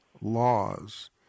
laws